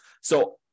So-